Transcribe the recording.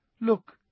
Look